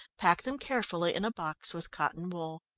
pack them carefully in a box with cotton wool.